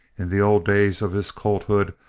in the old days of his colthood,